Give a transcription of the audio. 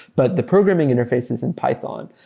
but the programming interfaces in python.